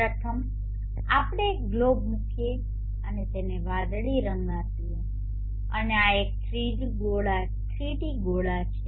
પ્રથમ આપણે એક ગ્લોબ મૂકીએ અને તેને વાદળી રંગ આપીએ અને આ એક 3D ગોળા છે